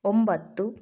ಒಂಬತ್ತು